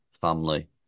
Family